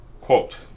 Quote